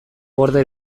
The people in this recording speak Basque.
gorde